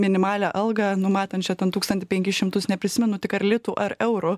minimalią algą numatančią ten tūkstantį penkis šimtus neprisimenu tik ar litų ar eurų